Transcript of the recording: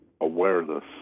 awareness